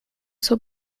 zur